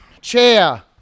Chair